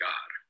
God